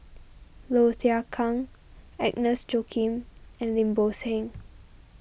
Low Thia Khiang Agnes Joaquim and Lim Bo Seng